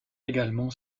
également